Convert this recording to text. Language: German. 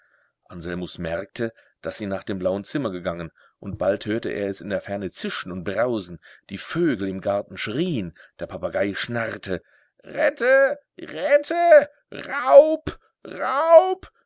anselmus merkte daß sie nach dem blauen zimmer gegangen und bald hörte er es in der ferne zischen und brausen die vögel im garten schrieen der papagei schnarrte rette rette raub raub